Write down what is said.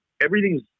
everything's